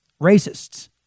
racists